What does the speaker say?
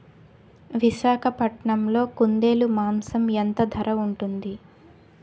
విశాఖపట్నంలో కుందేలు మాంసం ఎంత ధర ఉంటుంది?